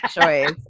choice